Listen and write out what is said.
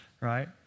right